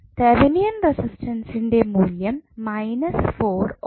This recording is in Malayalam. തെവനിയൻ റസിസ്റ്റൻസിൻ്റെ മൂല്യം മൈനസ് 4 ഓം